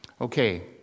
Okay